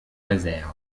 réserve